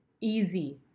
easy